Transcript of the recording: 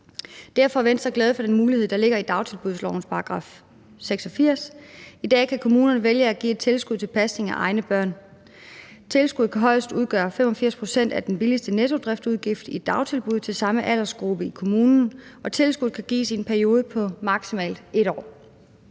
Derfor er Venstre glade for den mulighed, der ligger i dagtilbudslovens § 86. I dag kan kommunerne vælge at give et tilskud til pasning af egne børn. Tilskuddet kan højst udgøre 85 pct. af den billigste nettodriftsudgift i et dagtilbud til samme aldersgruppe i kommunen, og tilskuddet kan gives i en periode på maksimalt 1 år.